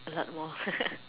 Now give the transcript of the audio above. a lot more